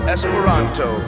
Esperanto